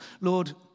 Lord